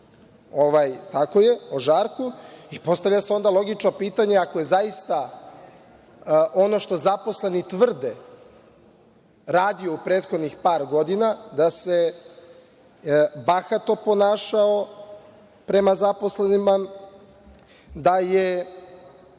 tako je, o Žarku. Postavlja se onda logično pitanje, ako je zaista ono što zaposleni tvrde radio u prethodnih par godina, da se bahato ponašao prema zaposlenima, da je